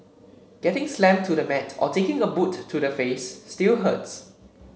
getting slammed to the mat or taking a boot to the face still hurts